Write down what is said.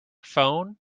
phone